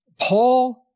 Paul